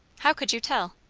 how could you tell?